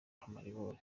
amaribori